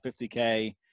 50k